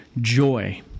joy